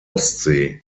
ostsee